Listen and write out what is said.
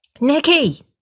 Nicky